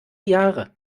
jahre